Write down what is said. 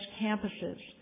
campuses